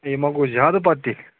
ہَے یہِ ما گوٚو زِیادٕ پَتہٕ تِیَلہِ